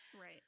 Right